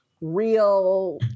real